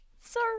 sir